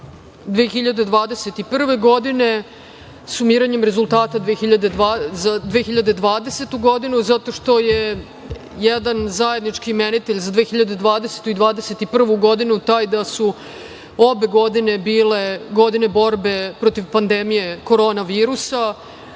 2021. godinu, sumiranjem rezultata za 2020. godinu, zato što je jedan zajednički imenitelj za 2020. i 2021.godinu taj da su obe godine bile godine borbe protiv pandemije korona virusa,